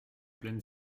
pleine